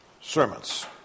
sermons